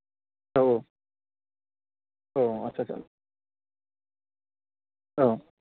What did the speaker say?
औ औ औ आच्चा आच्चा औ